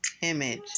image